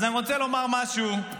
אני רוצה לומר משהו,